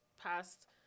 past